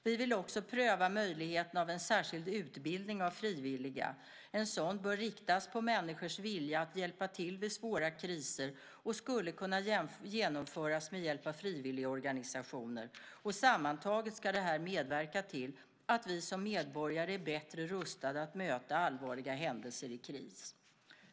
Vi vill också pröva möjligheten till en särskild utbildning av frivilliga. En sådan bör riktas mot människors vilja att hjälpa till vid svåra kriser och skulle kunna genomföras med hjälp av frivilligorganisationer. Sammantaget ska det här medverka till att vi som medborgare är bättre rustade att möta allvarliga händelser i kris.